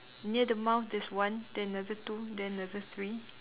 near the mouth there's one then another two then another three